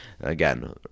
Again